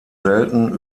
selten